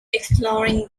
exploring